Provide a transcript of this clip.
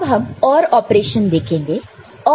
अब हम OR operation देखेंगे